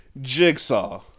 Jigsaw